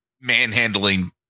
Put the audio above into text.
manhandling